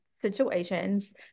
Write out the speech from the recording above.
situations